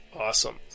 Awesome